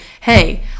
hey